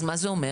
אז מה זה אומר?